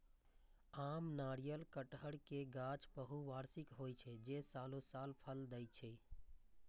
आम, नारियल, कहटर के गाछ बहुवार्षिक होइ छै, जे सालों साल फल दै छै